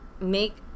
make